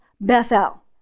Bethel